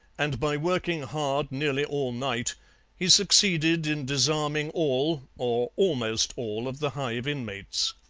and by working hard nearly all night he succeeded in disarming all, or almost all, of the hive inmates.